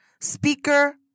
speaker